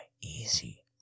easy